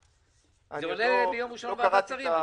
זה עולה ביום ראשון לוועדת השרים,